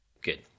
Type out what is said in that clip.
Good